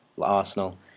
Arsenal